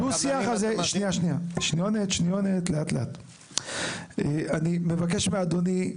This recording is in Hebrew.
אני מבקש מאדוני,